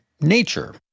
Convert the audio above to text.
nature